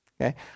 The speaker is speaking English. Okay